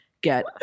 get